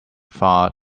far